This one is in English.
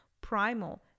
primal